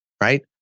right